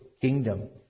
kingdom